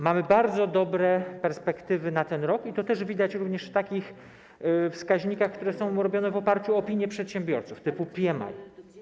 Mamy bardzo dobre perspektywy na ten rok i to też widać w takich wskaźnikach, które są robione w oparciu o opinie przedsiębiorców, typu PMI.